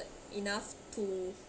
enough to